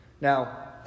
Now